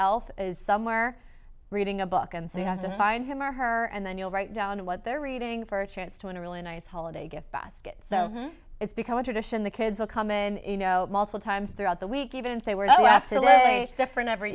elf is somewhere reading a book and so you have to find him or her and then you'll write down what they're reading for a chance to win a really nice holiday gift basket so it's become a tradition the kids will come in you know multiple times throughout the week even if they were the absolute different every